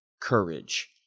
courage